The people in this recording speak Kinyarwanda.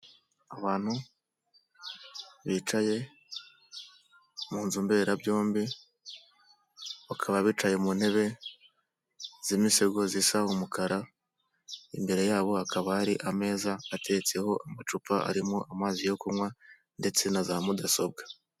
Abantu bicaye mu nzu mberabyombi, bakaba bicaye mu ntebe z'imisego zisa umukara, imbere yabo hakaba hari ameza atetseho amacupa arimo amazi yo kunywa ndetse na za mudasobwa.